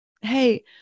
Hey